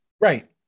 Right